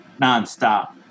nonstop